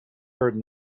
heard